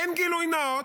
אין גילוי נאות,